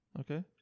okay